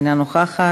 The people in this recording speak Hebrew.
אינה נוכחת.